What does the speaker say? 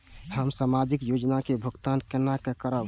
हम सामाजिक योजना के भुगतान केना करब?